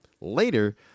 Later